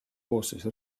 koosseis